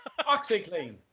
OxyClean